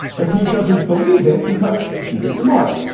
and pete doesn't believe it because pete is smart.